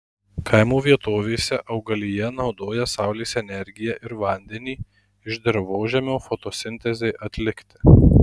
kaimo vietovėse augalija naudoja saulės energiją ir vandenį iš dirvožemio fotosintezei atlikti